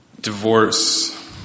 Divorce